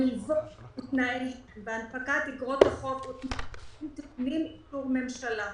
המילוות ותנאיהם והנפקת איגרות החוב ותנאיהן טעונים אישור הממשלה,